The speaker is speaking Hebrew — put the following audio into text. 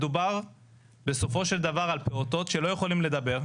מדובר בסופו של דבר על פעוטות שלא יכולים לדבר,